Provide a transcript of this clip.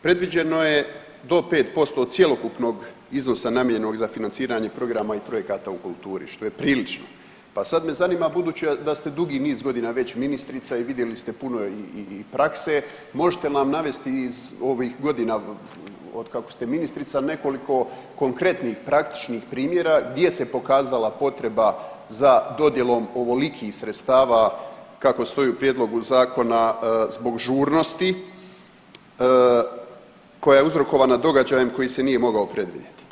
Predviđeno je do 5% cjelokupnog iznosa namijenjenog za financiranje programa i projekata u kulturi, što je prilično, pa sad me zanima, budući da ste dugi niz godina već ministrica i vidjeli ste puno i prakse, možete li nam navesti iz ovih godina otkako ste ministrica nekoliko konkretnih praktičnih primjera gdje se pokazala potreba za dodjelom ovolikih sredstava kako stoji u prijedlogu Zakona, zbog žurnosti koja je uzrokovana događajem koji se nije mogao predvidjeti.